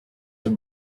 have